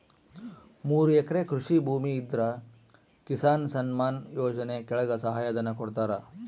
ಮೂರು ಎಕರೆ ಕೃಷಿ ಭೂಮಿ ಇದ್ರ ಕಿಸಾನ್ ಸನ್ಮಾನ್ ಯೋಜನೆ ಕೆಳಗ ಸಹಾಯ ಧನ ಕೊಡ್ತಾರ